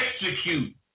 Execute